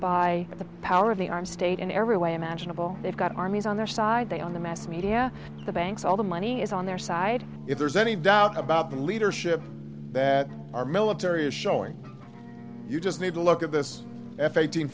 by the power of the armed state in every way imaginable they've got armies on their side they own the mass media the banks all the money is on their side if there's any doubt about the leadership that our military is showing you just need to look at this f eighteen